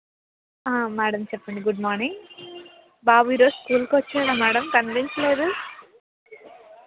madam చెప్పండి good morning బాబు ఈ రోజు స్కూల్కు వచ్చాడా మ్యాడమ్ కనిపించలేదు